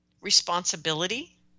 responsibility